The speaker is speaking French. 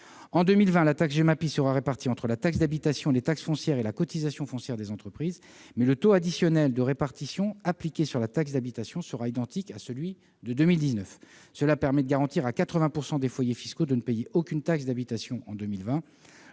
En 2020, la taxe Gemapi sera répartie entre la taxe d'habitation, les taxes foncières et la CFE, mais le taux additionnel de répartition appliqué sur la taxe d'habitation sera identique à celui de 2019. Cela permet de garantir à 80 % des foyers fiscaux de ne payer aucune taxe d'habitation en 2020.